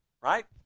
Right